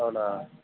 అవునా